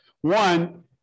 one